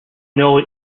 know